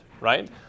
right